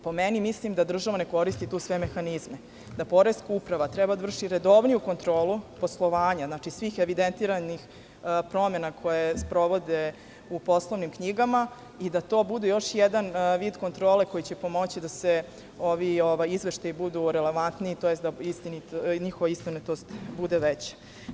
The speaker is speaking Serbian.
Po meni, mislim da država ne koristi tu sve mehanizme, da poreska uprava treba da vrši redovniju kontrolu poslovanja svih evidentiranih promena koje sprovode u poslovnim knjigama i da to bude još jedan vid kontrole koji će pomoći da ovi izveštaji budu relevantniji, tj. da njihova istinitost bude veća.